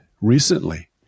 recently